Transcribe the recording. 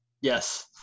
Yes